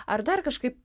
ar dar kažkaip